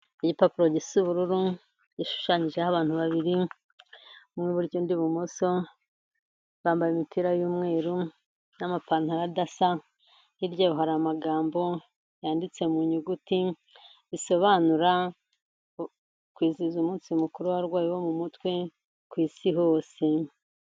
Igipapuro gisa ubururu, gishushanyijeho abantu babiri, umwe iburyo undi ibumoso, bambaye imipira y'umweru n'amapantaro adasa, hirya yabo hari amagambo, yanditse mu nyuguti, bisobanura kwizihiza umunsi mukuru w'abarwayi bo mu mutwe ku isi hose.